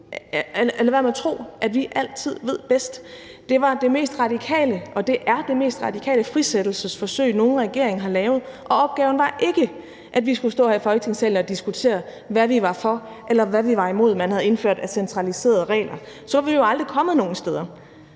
være med at tro, at vi altid ved bedst. Det var og er det mest radikale frisættelsesforsøg, nogen regering har lavet, og opgaven var ikke, at vi skulle stå her i Folketingssalen og diskutere, hvad vi var for eller hvad vi var imod af, hvad man havde indført af centraliserede regler. Så var vi jo aldrig kommet nogen steder.